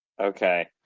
Okay